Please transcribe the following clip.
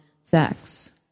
sex